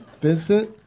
Vincent